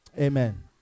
Amen